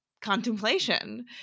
contemplation